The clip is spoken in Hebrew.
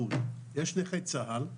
יש נכי צה"ל,